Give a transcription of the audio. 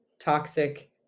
toxic